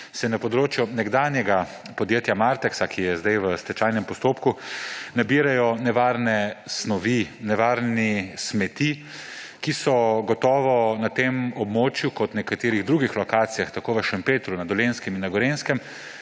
je na področju nekdanjega podjetja Martex, ki je zdaj v stečajnem postopku, nabirajo nevarne snovi, nevarne smeti, ki so se gotovo na tem območju, kot na nekaterih drugih lokacijah v Šempetru na Dolenjskem in na Gorenjskem,